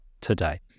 today